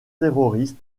terroriste